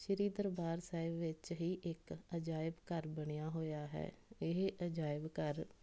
ਸ਼੍ਰੀ ਦਰਬਾਰ ਸਾਹਿਬ ਵਿੱਚ ਹੀ ਇੱਕ ਅਜਾਇਬ ਘਰ ਬਣਿਆ ਹੋਇਆ ਹੈ ਇਹ ਅਜਾਇਬ ਘਰ